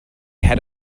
head